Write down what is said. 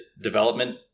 development